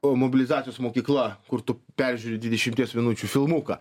o mobilizacijos mokykla kur tu peržiūri dvidešimties minučių filmuką